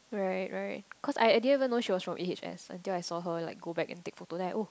right right cause I didn't even know she was from A_H_S until I saw her like go back and take photo then I like oh